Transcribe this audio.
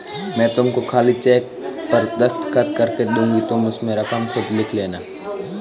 मैं तुमको खाली चेक पर दस्तखत करके दूँगी तुम उसमें रकम खुद लिख लेना